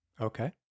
okay